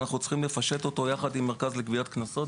אנחנו צריכים לפשט אותו ביחד עם המרכז לגביית קנסות,